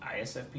ISFP